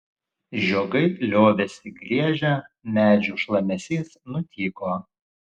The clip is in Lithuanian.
žiogai liovėsi griežę medžių šlamesys nutyko